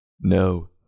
No